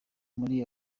muri